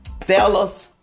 fellas